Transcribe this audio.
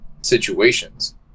situations